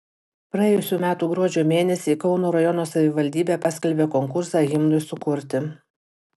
praėjusių metų gruodžio mėnesį kauno rajono savivaldybė paskelbė konkursą himnui sukurti